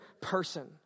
person